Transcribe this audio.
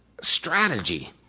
strategy